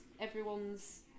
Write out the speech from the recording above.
Everyone's